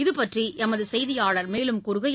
இதுபற்றி எமது செய்தியாளர் மேலும் கூறுகையில்